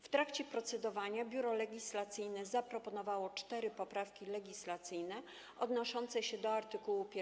W trakcie procedowania Biuro Legislacyjne zaproponowało cztery poprawki legislacyjne odnoszące się do art. 1.